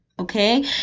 okay